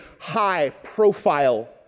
high-profile